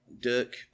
Dirk